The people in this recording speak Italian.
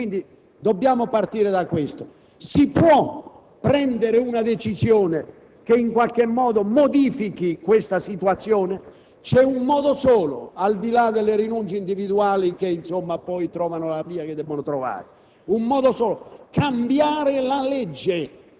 Questo è il quadro, rispettando la legge; quindi, dobbiamo partire da questo. Si può prendere una decisione che in qualche modo modifichi questa situazione? C'è un modo solo, al di là delle rinunce individuali, che poi trovano la via che debbono trovare: